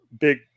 big